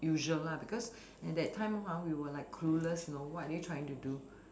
usual lah because at that time ha we were like clueless you know what are you trying to do